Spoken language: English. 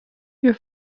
your